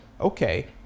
okay